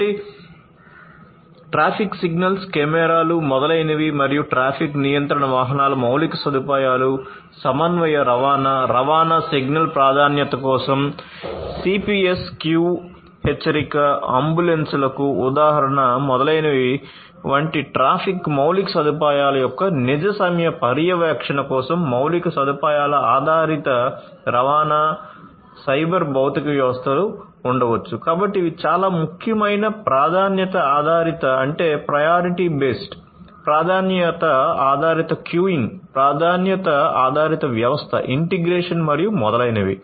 కాబట్టి traffic signals కెమెరాలు మొదలైనవి మరియు ట్రాఫిక్ నియంత్రణ వాహనాల మౌలిక సదుపాయాలు సమన్వయ రవాణా రవాణా సిగ్నల్ ప్రాధాన్యత కోసం సిపిఎస్ క్యూ హెచ్చరిక ప్రాధాన్యత ఆధారిత క్యూయింగ్ ప్రాధాన్యత ఆధారిత వ్యవస్థ ఇంటిగ్రేషన్ మరియు మొదలైనవి